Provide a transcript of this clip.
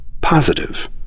positive